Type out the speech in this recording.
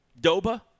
Doba